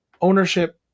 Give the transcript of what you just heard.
ownership